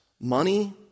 money